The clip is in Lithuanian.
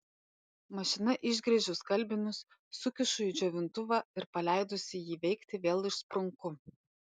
mašina išgręžiu skalbinius sukišu į džiovintuvą ir paleidusi jį veikti vėl išsprunku